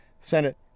Senate